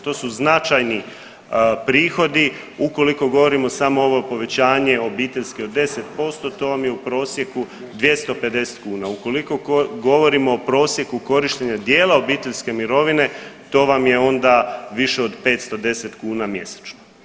To su značajni prihodi ukoliko govorimo samo ovo povećanje obiteljske od 10%, to vam je u prosjeku 250 kuna, ukoliko govorimo o prosjeku korištenja dijela obiteljske mirovine, to vam je ona više od 510 kuna mjesečno.